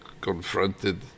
confronted